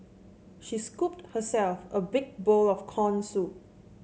she scooped herself a big bowl of corn soup